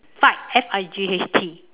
fight F I G H T